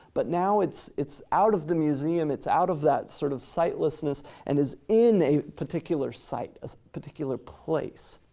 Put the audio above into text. but now it's it's out of the museum. it's out of that sort of sitelessness and is in a particular site, a particular place.